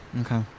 okay